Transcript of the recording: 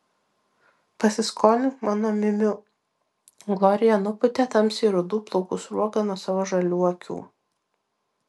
pasiskolink mano miu miu glorija nupūtė tamsiai rudų plaukų sruogą nuo savo žalių akių